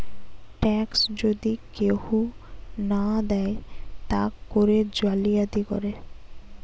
tax যদি কেহু না দেয় তা করে জালিয়াতি করে